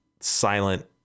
silent